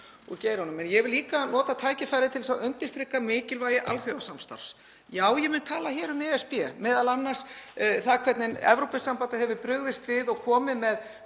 úr geiranum. Ég vil líka nota tækifærið til að undirstrika mikilvægi alþjóðasamstarfs. Já, ég mun tala hér um ESB, m.a. það hvernig Evrópusambandið hefur brugðist við og verið með